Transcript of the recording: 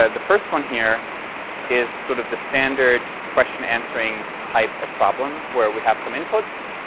ah the first one here is sort of the standard question answering type of problem, where we have some inputs,